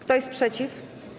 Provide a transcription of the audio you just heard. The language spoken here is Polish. Kto jest przeciw?